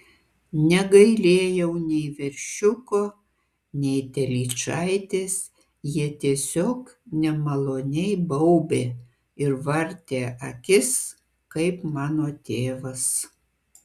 negailėjau nei veršiuko nei telyčaitės jie tiesiog nemaloniai baubė ir vartė akis kaip mano tėvas